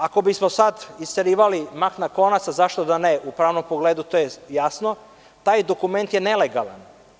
Ako bismo sad isterivali mak na konac, a zašto da ne, u pravnom pogledu to je jasno, taj dokument je nelegalan.